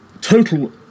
total